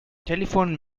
telephone